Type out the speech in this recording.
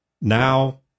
Now